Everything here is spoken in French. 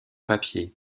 papier